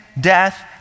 death